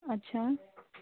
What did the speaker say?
अच्छा